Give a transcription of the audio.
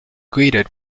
greeted